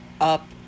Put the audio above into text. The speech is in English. up